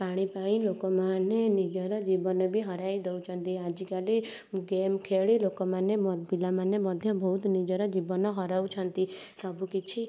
ପାଣି ପାଇଁ ଲୋକମାନେ ନିଜର ଜୀବନ ବି ହରାଇ ଦଉଛନ୍ତି ଆଜିକାଲି ଗେମ ଖେଳି ଲୋକମାନେ ମ ପିଲାମାନେ ମଧ୍ୟ ବହୁତ ନିଜର ଜୀବନ ହରାଉଛନ୍ତି ସବୁ କିଛି